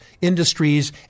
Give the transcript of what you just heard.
industries